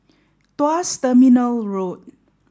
Tuas Terminal Road